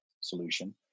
solution